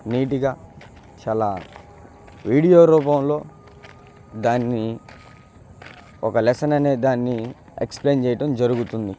నీట్గా చాలా వీడియో రూపంలో దాన్ని ఒక లెస్సన్ అనేదాన్ని ఎక్స్ప్లెయిన్ చేయడం జరుగుతుంది